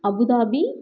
Abu Dhabi